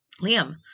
Liam